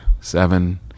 seven